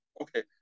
okay